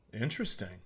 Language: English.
Interesting